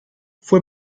fue